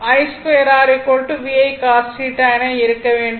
I2 r V I cos θ என இருக்க வேண்டும்